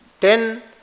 ten